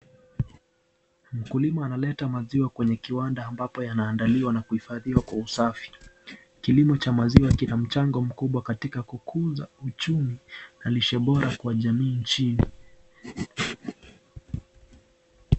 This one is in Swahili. Mkulima analeta maziwa kwenye kiwanda ambapo yanaandaliwa na kuifadhiwa kwa usafi, kilimo cha maziwa kina mchango mkubwa katika kukuza uchumi na lishe bora kwa jamii nchini.